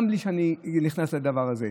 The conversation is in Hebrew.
גם בלי שאני נכנס לדבר הזה.